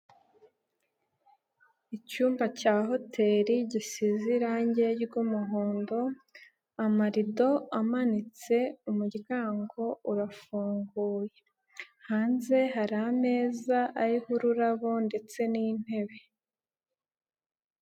Icyumba cya hoteri gisize irangi ry'umuhondo, amarido amanitse umuryango urafunguye, hanze hari ameza ariho ururabo ndetse n'intebe.